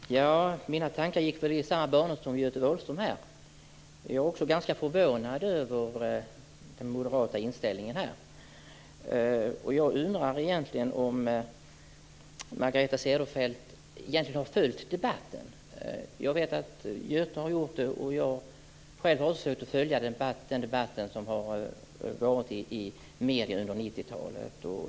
Herr talman! Mina tankar gick i samma banor som Göte Wahlströms här. Jag är också ganska förvånad över den moderata inställningen. Jag undrar om Margareta Cederfelt egentligen har följt den debatt som förts i medierna under 90-talet. Jag vet att Göte har följt den, och jag har också försökt göra det.